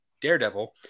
daredevil